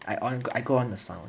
I on I go on the sound